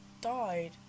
died